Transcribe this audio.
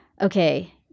okay